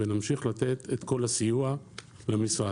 ונמשיך לתת את כל הסיוע למשרד.